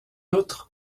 outre